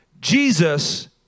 Jesus